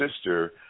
sister